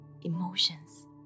emotions